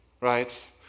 right